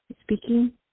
speaking